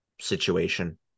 situation